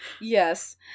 Yes